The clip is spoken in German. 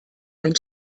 ein